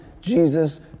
Jesus